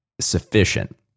sufficient